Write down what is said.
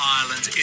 Ireland